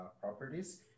properties